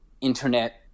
internet